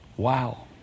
Wow